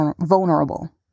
vulnerable